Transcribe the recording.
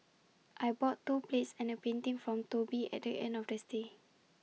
I bought two plates and A painting from Toby at the end of the stay